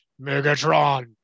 Megatron